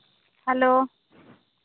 hello